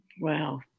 Wow